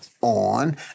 on